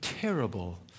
terrible